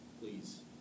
Please